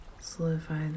Solidify